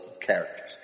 characters